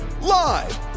Live